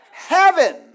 Heaven